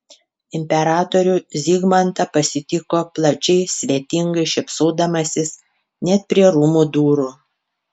imperatorių zigmantą pasitiko plačiai svetingai šypsodamasis net prie rūmų durų